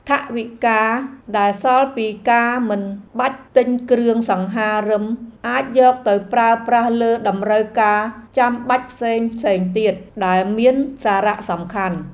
ថវិកាដែលសល់ពីការមិនបាច់ទិញគ្រឿងសង្ហារិមអាចយកទៅប្រើប្រាស់លើតម្រូវការចាំបាច់ផ្សេងៗទៀតដែលមានសារៈសំខាន់។